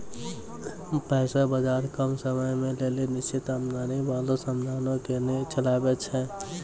पैसा बजार कम समयो के लेली निश्चित आमदनी बाला साधनो के चलाबै छै